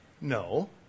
No